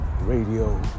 Radio